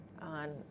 on